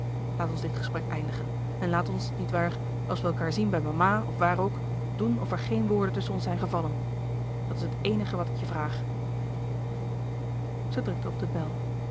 laat ons dit gesprek eindigen en laat ons niet waar als wij elkaâr zien bij mama of waar ook doen of er geen woorden tusschen ons zijn gevallen dat is het eenige wat ik je vraag zij drukte op de bel